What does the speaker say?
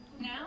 now